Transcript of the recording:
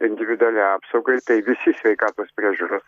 individualiai apsaugai tai visi sveikatos priežiūros